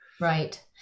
Right